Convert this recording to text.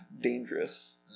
dangerous